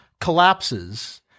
collapses